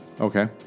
Okay